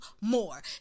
more